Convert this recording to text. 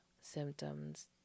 symptoms